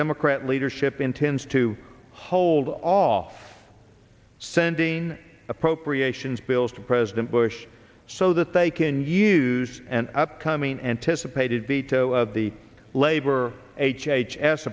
democrat leadership intends to hold off sending appropriations bills to president bush so that they can use an upcoming anticipated veto of the labor h h s